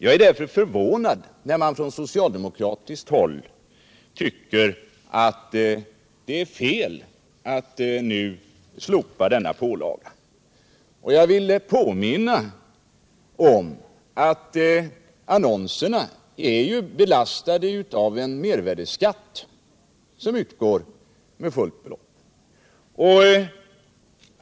Jag är därför förvånad när man från socialdemokratiskt håll tycker att det är fel att nu slopa denna pålaga. Jag vill påminna om att annonserna dessutom är belastade med en mervärdeskatt som utgår med fullt belopp.